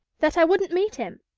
that i wouldn't meet him.